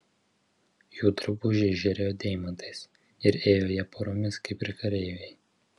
jų drabužiai žėrėjo deimantais ir ėjo jie poromis kaip ir kareiviai